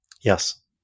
Yes